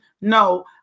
No